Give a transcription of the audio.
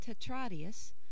Tetradius